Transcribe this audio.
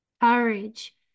Courage